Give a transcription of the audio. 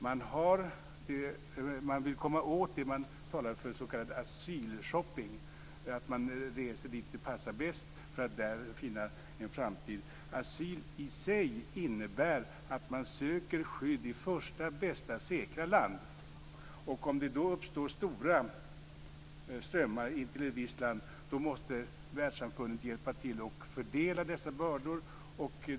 Man vill komma åt det som man talar om som s.k. asylshopping. Man reser dit det passar bäst för att där finna en framtid. Asyl i sig innebär att man söker skydd i första bästa säkra land. Om det då uppstår stora strömmar in till ett visst land måste världssamfundet hjälpa till och fördela dessa bördor.